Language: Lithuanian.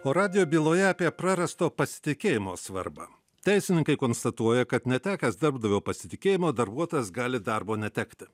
o radijo byloje apie prarasto pasitikėjimo svarbą teisininkai konstatuoja kad netekęs darbdavio pasitikėjimo darbuotojas gali darbo netekti